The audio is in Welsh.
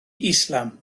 islam